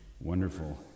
wonderful